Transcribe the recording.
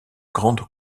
grande